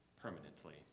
permanently